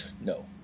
No